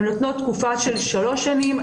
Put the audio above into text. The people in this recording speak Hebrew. הן נותנות תקופה של שלוש שנים,